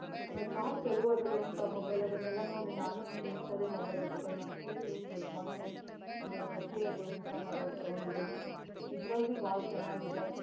ಆಮೇಲೆ ಭಾಳ ತೆಳುವಾಗಿರುವಂಥ ಮೊಬೈಲ್ ಅದನ್ನೆಲ್ಲ ನೋಡಿ ನಾನು ಒಂದು ಇಂಥದ್ದೆ ಮೊಬೈಲ್ ಇಟ್ಕೊಳ್ಳೋಣು ಅಂಥೇಳಿ ಬಿಟ್ಟು ಮೊನ್ನೆ ಒಂದು ನೋಕಿಯಾದು ಹೊಸ ಮೊಬೈಲ್ ತೊಗೊಂಡಿದ್ದೀನಿ ನಿಜ್ವಾಗಿಯೂ ಭಾಳ ಚೆನ್ನಾಗಿದೆ